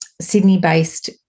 Sydney-based